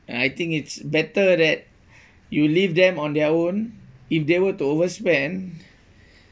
and I think it's better that you leave them on their own if they were to overspend